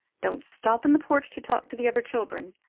don't stop in the porch to talk to the other children.